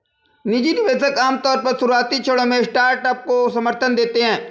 निजी निवेशक आमतौर पर शुरुआती क्षणों में स्टार्टअप को समर्थन देते हैं